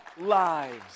lives